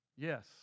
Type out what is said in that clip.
Yes